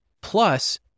plus